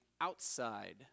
outside